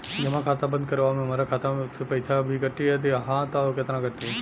जमा खाता बंद करवावे मे हमरा खाता से पईसा भी कटी यदि हा त केतना कटी?